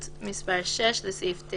"5.